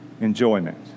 Enjoyment